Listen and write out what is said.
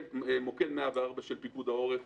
מוקד 104 של פיקוד העורף,